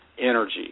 energy